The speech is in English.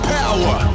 power